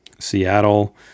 Seattle